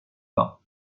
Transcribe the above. pas